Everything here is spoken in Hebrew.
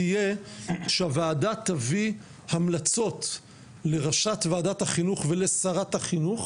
תהיה שהוועדה תביא המלצות לראשת וועדת החינוך ולשרת החינוך,